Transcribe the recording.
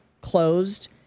closed